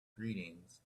greetings